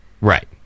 Right